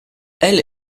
elle